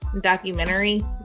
documentary